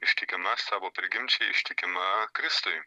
ištikima savo prigimčiai ištikima kristui